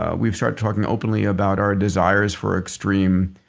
ah we've started talking openly about our desires for extreme.